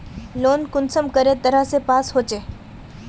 Loan कुंसम करे तरह से पास होचए?